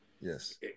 Yes